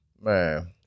man